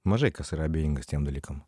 mažai kas yra abejingas tiem dalykam